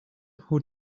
who